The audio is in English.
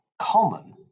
common